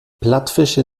plattfische